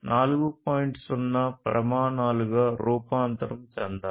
0 ప్రమాణాలుగా రూపాంతరం చెందాలి